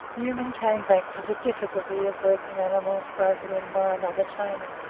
newman came back to the difficulty of working animals broken in by another tamer,